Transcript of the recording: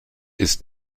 ist